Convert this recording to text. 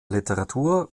literatur